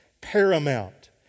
paramount